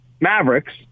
Mavericks –